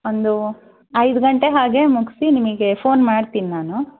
ಒಂದು ಐದು ಗಂಟೆ ಹಾಗೆ ಮುಗಿಸಿ ನಿಮಗೆ ಫೋನ್ ಮಾಡ್ತೀನಿ ನಾನು